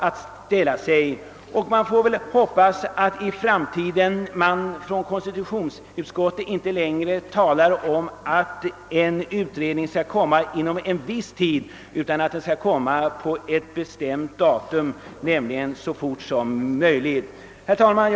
att ställa, och man får hoppas konstitutionsutskottet i framtiden inte längre bara talar om att en utredning. skall göras så fort som möjligt utan att tidpunkten anges mera bestämt, exempelvis inom en viss tid. Herr talman!